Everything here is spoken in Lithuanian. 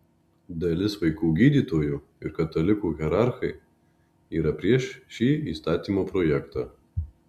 dalis vaikų gydytojų ir katalikų hierarchai yra prieš šį įstatymo projektą